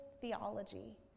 theology